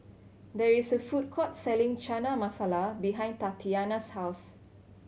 there is a food court selling Chana Masala behind Tatianna's house